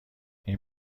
این